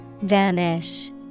Vanish